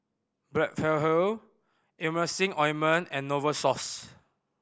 Blephagel Emulsying Ointment and Novosource